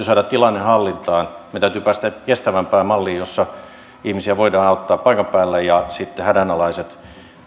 saada tilanne hallintaan meidän täytyy päästä kestävämpään malliin jossa ihmisiä voidaan auttaa paikan päällä ja sitten hädänalaiset